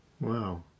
Wow